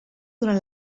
durant